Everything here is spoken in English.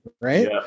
right